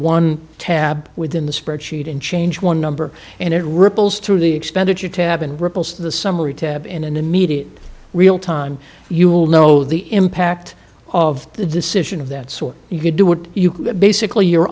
one tab within the spreadsheet and change one number and it ripples through the expenditure tab and ripples of the summary to in an immediate real time you will know the impact of the decision of that sort you could do what you can basically you